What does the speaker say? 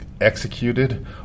executed